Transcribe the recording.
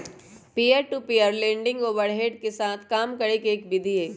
peer to peer lending overhead के साथ काम करे के एक विधि हई